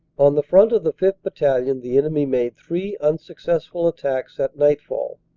on the front of the fifth. battalion the enemy made three unsuccessful attacks at nightfall.